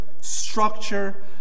structure